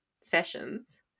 sessions